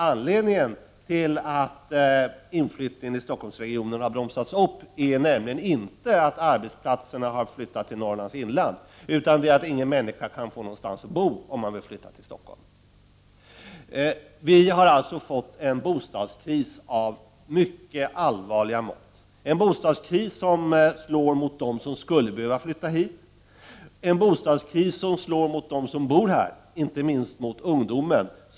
Anledningen till att inflyttningen till Stockholmsregionen har bromsats är nämligen inte att arbetsplatserna har flyttat till Norrlands inland, utan att ingen människa kan få någonstans att bo i Stockholm. Vi har således fått en bostadskris av mycket allvarliga mått. Bostadskrisen slår mot dem som skulle behöva flytta hit. Den slår också mot befolkningen här, inte minst mot ungdomen.